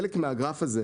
חלק מהגרף הזה,